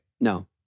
No